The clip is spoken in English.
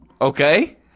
Okay